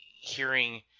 hearing